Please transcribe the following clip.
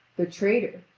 the traitor,